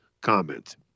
comment